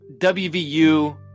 WVU